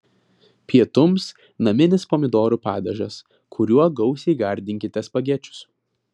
pietums naminis pomidorų padažas kuriuo gausiai gardinkite spagečius